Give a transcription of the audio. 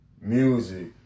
Music